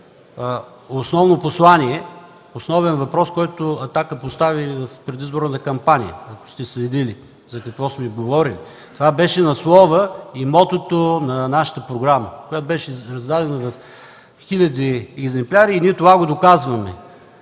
основно послание, основен въпрос, който „Атака” постави в предизборната си кампания, ако сте следили за какво сме говорили. Това беше надсловът и мотото на нашата програма, издадена в хиляди екземпляри, и ние доказваме